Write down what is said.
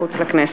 מחוץ לכנסת.